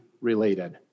related